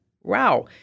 Wow